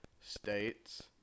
states